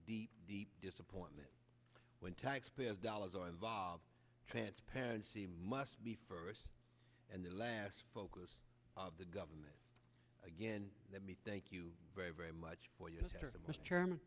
deep deep disappointment when taxpayer dollars are involved transparency must be first and the last focus of the government again let me thank you very very much for your term